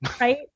right